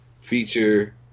feature